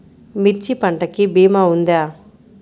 మిర్చి పంటకి భీమా ఉందా?